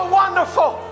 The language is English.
wonderful